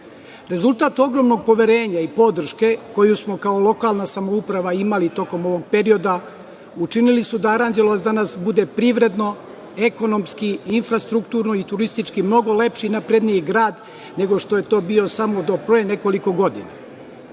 Rezultat ogromnog poverenja i podrške koju smo kao lokalna samouprava imali tokom ovog perioda učinili su da Aranđelovac danas bude privredno, ekonomski, infrastrukturno i turistički mnogo lepši i napredniji grad, nego što je to bio samo do pre nekoliko godina. Do